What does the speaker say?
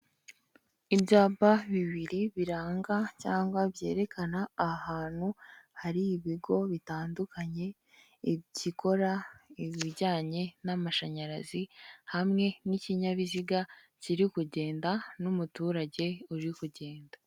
Ibyapa bibiri biranga cyangwa byerekana ahantu hari ibigo bitandukanye bikora ibijyanye n'amashanyarazi hamwe n'ikinyabiziga kiri kugenda n'umuturage uri kugenda.